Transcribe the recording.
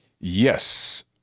yes